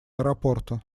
аэропорта